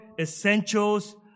essentials